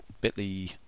bit.ly